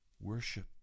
worship